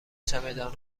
چمدان